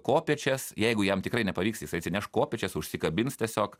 kopėčias jeigu jam tikrai nepavyks jis atsineš kopėčias užsikabins tiesiog